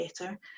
better